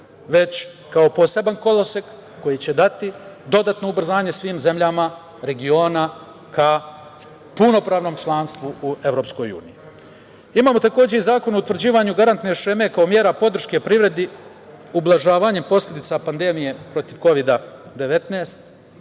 već kao poseban kolosek koji će dati dodatno ubrzanje svim zemljama regiona ka punopravnom članstvu u EU.Imamo takođe i Zakon o utvrđivanju garantne šeme, kao mera podrške privredi ublažavanjem posledica pandemije protiv Kovida 19.